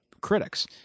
critics